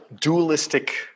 dualistic